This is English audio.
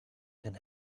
and